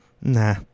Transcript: nah